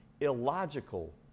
illogical